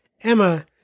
Emma